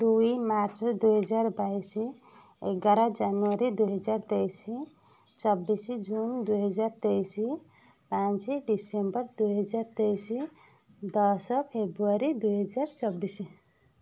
ଦୁଇ ମାର୍ଚ୍ଚ ଦୁଇହଜାର ବାଇଶ ଏଗାର ଜାନୁଆରୀ ଦୁଇହଜାର ତେଇଶ ଚବିଶ ଜୁନ ଦୁଇହଜାର ତେଇଶ ପାଞ୍ଚ ଡିସେମ୍ବର ଦୁଇହଜାର ତେଇଶ ଦଶ ଫେବୃଆରୀ ଦୁଇହଜାର ଚବିଶ